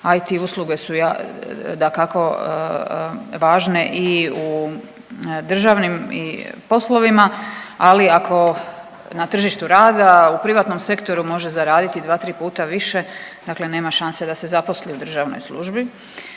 IT usluge su dakako važne i u državnim i poslovima, ali ako na tržištu rada u privatnom sektoru može zaraditi 2, 3 puta više dakle nema šanse da se zaposli u državnoj službi.